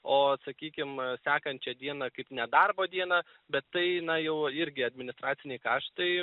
o sakykim sekančią dieną kaip nedarbo dieną bet tai na jau irgi administraciniai kaštai